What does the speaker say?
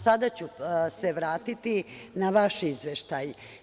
Sada ću se vratiti na vaš izveštaj.